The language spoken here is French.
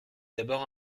d’abord